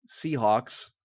Seahawks